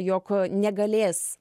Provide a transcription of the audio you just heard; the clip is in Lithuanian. jog negalės